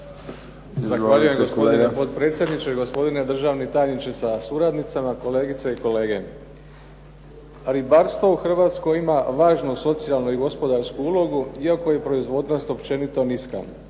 Zahvaljujem. Gospodine potpredsjedniče, gospodine državni tajniče sa suradnicama, kolegice i kolege. Ribarstvo u Hrvatskoj ima važnu socijalnu i gospodarsku ulogu, iako je proizvodnost općenito niska,